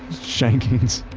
shankings,